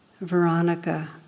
Veronica